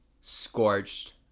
Scorched